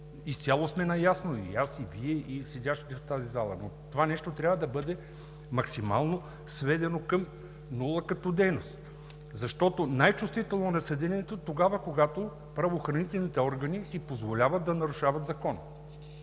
Изцяло сме наясно – и аз, и Вие, и седящите в тази зала, но това нещо трябва да бъде максимално сведено към нула като дейност, защото най-чувствително е населението тогава, когато правоохранителните органи си позволяват да нарушават закона.